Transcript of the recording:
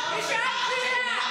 בזה אנחנו מכבדים.